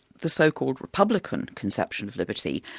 the so-called republican conception of liberty,